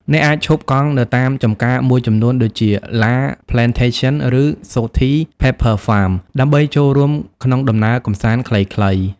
អ្នកអាចឈប់កង់នៅតាមចំការមួយចំនួនដូចជា La Plantation ឬ Sothy's Pepper Farm ដើម្បីចូលរួមក្នុងដំណើរកម្សាន្តខ្លីៗ។